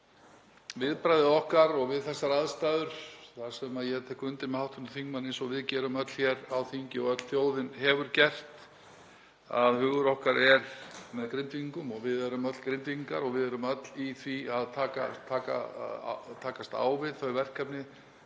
viðbragði okkar og við þessar aðstæður. Ég tek undir með hv. þingmanni, eins og við gerum öll hér á þingi og öll þjóðin hefur gert, að hugur okkar er með Grindvíkingum og við erum öll Grindvíkingar og við erum öll í því að takast á við þau verkefni